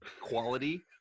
quality